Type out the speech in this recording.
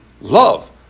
Love